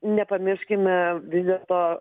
nepamirškime vis dėlto